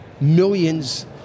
millions